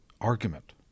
argument